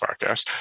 podcast